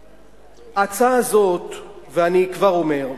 ההצעה הזאת, ואני כבר אומר,